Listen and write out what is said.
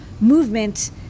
Movement